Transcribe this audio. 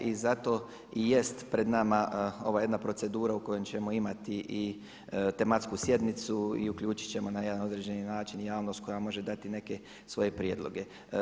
I zato i jest pred nama ova jedna procedura u kojoj ćemo imati i tematsku sjednicu i uključit ćemo na jedan određeni način i javnost koja može dati neke svoje prijedloge.